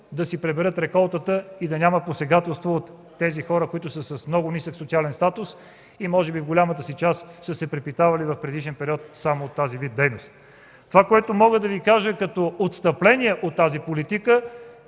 да си приберат реколтата и да няма посегателства от тези хора, които са с много нисък социален статус и може би в голямата си част са се препитавали в предишен период само от този вид дейност. Като отстъпление от тази политика